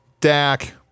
Dak